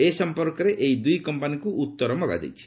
ଏ ସମ୍ପର୍କରେ ଏହି ଦୁଇ କମ୍ପାନୀକୁ ଉତ୍ତର ମଗାଯାଇଛି